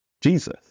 Jesus